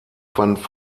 fanden